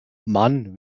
man